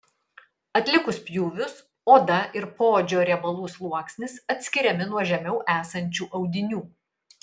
atlikus pjūvius oda ir poodžio riebalų sluoksnis atskiriami nuo žemiau esančių audinių